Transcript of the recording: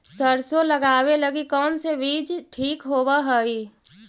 सरसों लगावे लगी कौन से बीज ठीक होव हई?